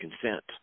consent